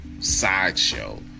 Sideshow